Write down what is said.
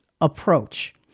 approach